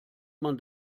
man